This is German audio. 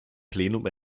plenum